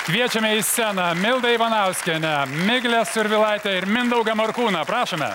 kviečiame į sceną mildą ivanauskienę miglę survilaitę ir mindaugą morkūną prašome